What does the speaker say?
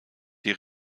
die